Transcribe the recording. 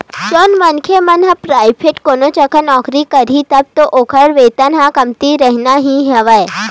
जउन मनखे मन ह पराइवेंट कोनो जघा नौकरी करही तब तो ओखर वेतन ह कमती रहिना ही हवय